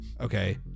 okay